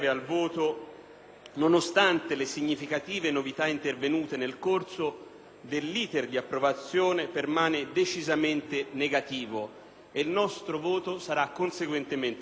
nonostante le significative novita intervenute nel corso dell’iter di approvazione, permane decisamente negativo e il nostro voto saraconseguentemente contrario.